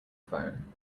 phone